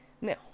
Now